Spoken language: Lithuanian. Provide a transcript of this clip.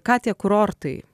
ką tie kurortai